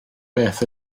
beth